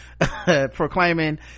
proclaiming